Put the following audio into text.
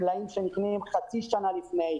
מדובר במלאי שצוברים חצי שנה לפני.